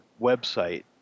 website